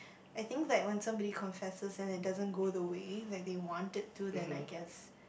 I think like when somebody confesses and it doesn't go the way that they wanted to then I guess